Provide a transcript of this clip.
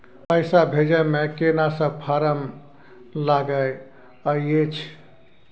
पैसा भेजै मे केना सब फारम लागय अएछ?